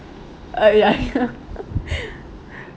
uh ya ya